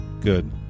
good